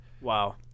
Wow